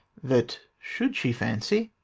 that, should she fancy,